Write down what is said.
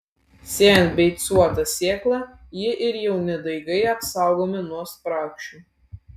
sėjant beicuotą sėklą ji ir jauni daigai apsaugomi nuo spragšių